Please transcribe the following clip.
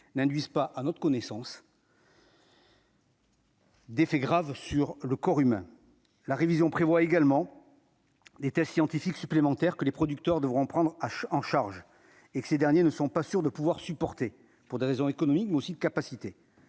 n'induisent pas à notre connaissance. Des faits graves sur le corps humain, la révision prévoit également des tests scientifiques supplémentaire que les producteurs devront prendre en charge et que ces derniers ne sont pas sûrs de pouvoir supporter pour des raisons économiques, mais aussi de capacités,